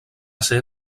ser